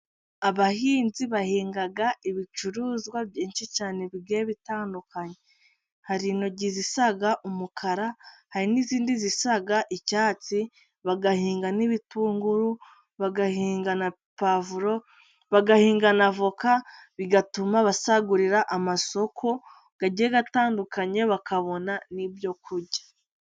Abahinzi bahinga ibicuruzwa byinshi cyane bigiye bitandukanye. Hari intoryi zisa umukara, hari n'izindi zisa icyatsi. Bagahinga n'ibitunguru, bagahinga na pwavuro, bagahinga n'avoka, bigatuma basagurira amasoko agiye atandukanye, bakabona n'ibyo kurya.